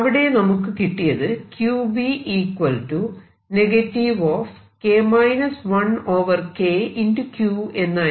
അവിടെ നമുക്ക് കിട്ടിയത് എന്നായിരുന്നു